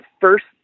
first